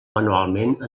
manualment